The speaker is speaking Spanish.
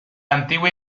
antigua